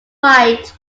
fight